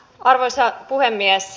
arvoisa puhemies